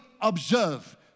observe